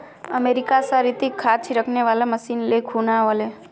America स रितिक खाद छिड़कने वाला मशीन ले खूना व ले